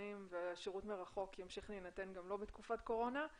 והשירות מרחוק ימשיך להינתן גם לא בתקופת הקורונה.